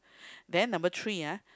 then number three ah